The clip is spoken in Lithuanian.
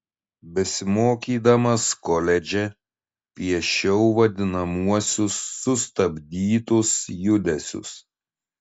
besimokydamas koledže piešiau vadinamuosius sustabdytus judesius